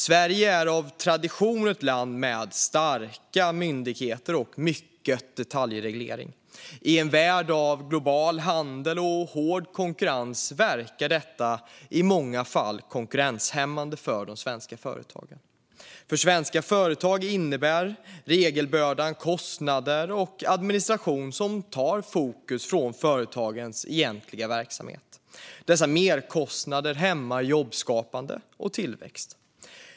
Sverige är av tradition ett land med starka myndigheter och mycket detaljreglering. I en värld av global handel och hård konkurrens verkar detta i många fall konkurrenshämmande för de svenska företagen. För svenska företag innebär regelbördan kostnader och administration som tar fokus från företagens egentliga verksamhet. Dessa merkostnader hämmar jobbskapande och tillväxt.